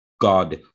God